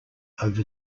over